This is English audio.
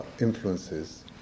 influences